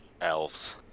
Elves